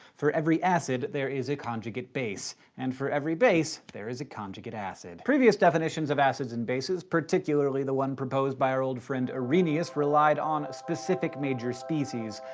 for every acid, there is a conjugate base and for every base there is a conjugate acid. previous definitions of acids and bases, particularly the one proposed by our old friend arrhenius, relied on specific major species.